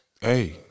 Hey